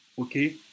Okay